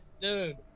Dude